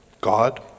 God